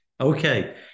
Okay